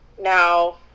now